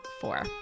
four